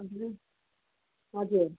हजुर हजुर